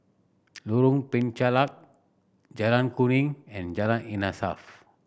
Lorong Penchalak Jalan Kuning and Jalan Insaf